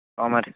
commerce